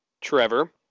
Trevor